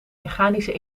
mechanische